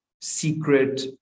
secret